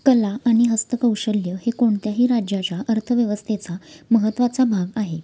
कला आणि हस्तकौशल्य हे कोणत्याही राज्याच्या अर्थव्यवस्थेचा महत्त्वाचा भाग आहे